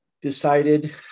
decided